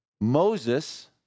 Moses